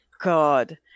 god